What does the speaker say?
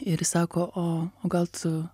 ir jis sako o o gal tu